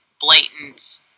blatant